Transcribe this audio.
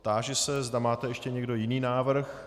Táži se, zda máte ještě někdo jiný návrh.